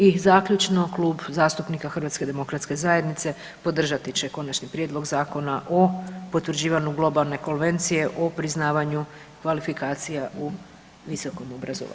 I zaključno, Klub zastupnika HDZ-a podržati će Konačni prijedlog Zakona o potvrđivanju Globalne konvencije o priznavanju kvalifikacija u visokom obrazovanju.